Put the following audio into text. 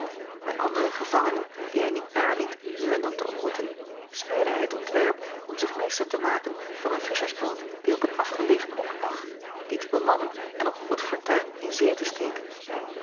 et andere gevangenen die hij niet naliet nu en dan te ontmoeten smeedde hij het ontwerp om zich meester te maken van een visschersboot die op een afgelegen hoek lag die te bemannen en op goed fortuin in zee te steken